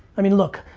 i mean, look,